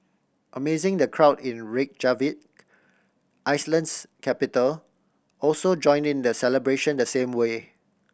amazing the crowd in Reykjavik Iceland's capital also join in the celebration the same way